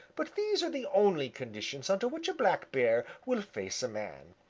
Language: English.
but these are the only conditions under which a black bear will face a man.